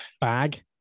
Bag